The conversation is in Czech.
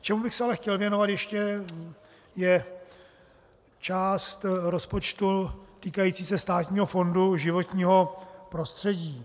Čemu bych se ale chtěl věnovat ještě, je část rozpočtu týkající se Státního fondu životního prostředí.